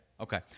Okay